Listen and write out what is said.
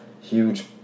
huge